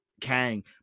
Kang